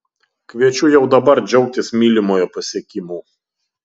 kviečiu jau dabar džiaugtis mylimojo pasiekimu